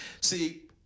See